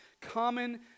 Common